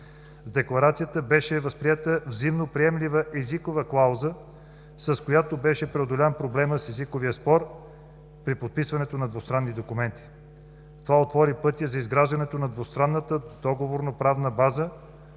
С декларацията беше възприета взаимно приемлива езикова клауза, с която беше преодолян проблемът с езиковия спор при подписването на двустранни документи. Това отвори пътя за изграждането на двустранната договорно-правна база.